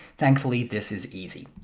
thankfully this is easy.